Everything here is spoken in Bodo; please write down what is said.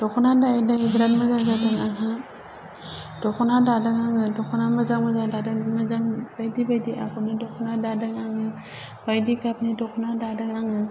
दख'ना दायै दायै नख'रा मोजां जादों आंहा दख'ना दादों आङो दख'ना मोजां मोजां दादों मोजां बायदि बायदि आगरनि दख'ना दादों आङो बायदि गाबनि दख'ना दादों आङो